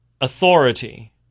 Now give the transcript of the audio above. authority